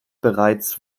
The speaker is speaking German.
bereits